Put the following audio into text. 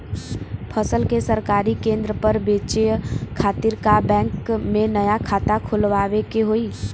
फसल के सरकारी केंद्र पर बेचय खातिर का बैंक में नया खाता खोलवावे के होई?